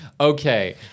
okay